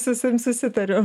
su savim susitariu